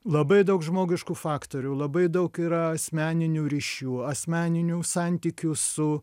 labai daug žmogiškų faktorių labai daug yra asmeninių ryšių asmeninių santykių su